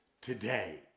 today